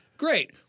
great